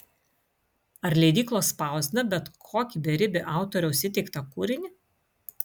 ar leidyklos spausdina bet kokį beribį autoriaus įteiktą kūrinį